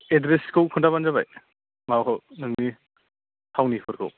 एडड्रेसखौ खोन्थाबानो जाबाय माबाखौ नोंनि थावनिफोरखौ